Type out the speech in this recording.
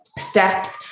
steps